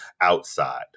outside